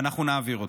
ואנחנו נעביר אותו.